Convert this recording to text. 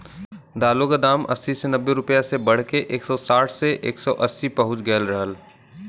दालों क दाम अस्सी से नब्बे रुपया से बढ़के एक सौ साठ से एक सौ अस्सी पहुंच गयल रहल